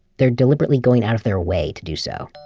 they're deliberately going out of their way to do so.